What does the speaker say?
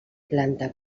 planta